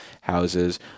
houses